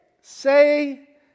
say